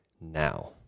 now